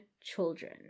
children